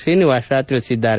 ಶ್ರೀನಿವಾಸ ಹೇಳಿದ್ದಾರೆ